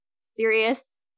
serious